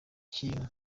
kintu